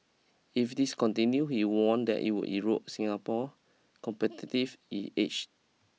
if this continue he warned that it would erode Singapore competitive edge